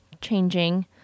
changing